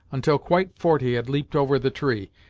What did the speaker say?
until quite forty had leaped over the tree,